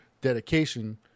dedication